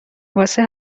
واسه